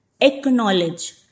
Acknowledge